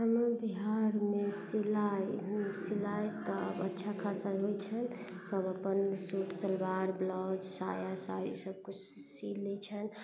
हमर बिहारमे सिलाइ सिलाइ तऽ अच्छा खासा होइ छनि सब अपन सूट सलवार ब्लाउज साया साड़ी सब किछु सी लै छनि